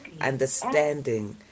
understanding